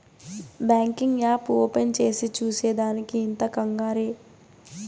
banking app open చేసి చూసే దానికి ఇంత కంగారే